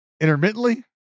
Intermittently